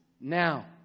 Now